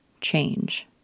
change